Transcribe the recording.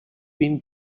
been